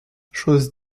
chose